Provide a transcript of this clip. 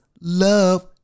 love